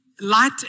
Light